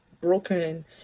broken